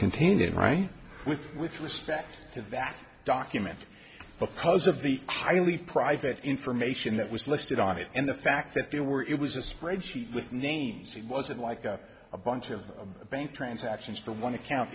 contained in right with with respect to that document the pulse of the highly private information that was listed on it and the fact that there were it was a spreadsheet with names it wasn't like a bunch of bank transactions for one account